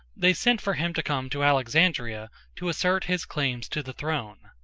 they sent for him to come to alexandria to assert his claims to the throne.